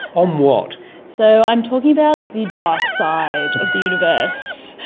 um what? so i'm talking about the dark side of the universe,